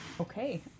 Okay